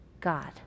God